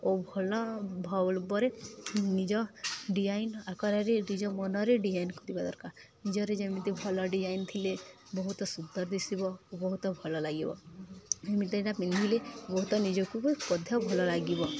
ଓ ଭଲ ଉପରେ ନିଜ ଡିଜାଇନ୍ ଆକାରରେ ନିଜ ମନରେ ଡିଜାଇନ୍ ଖୋଲିବା ଦରକାର ନିଜରେ ଯେମିତି ଭଲ ଡିଜାଇନ୍ ଥିଲେ ବହୁତ ସୁନ୍ଦର ଦିଶିବ ଓ ବହୁତ ଭଲ ଲାଗିବ ଏମିତି ଏଇଟା ପିନ୍ଧିଲେ ବହୁତ ନିଜକୁ ବି କଥା ଭଲ ଲାଗିବ